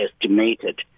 estimated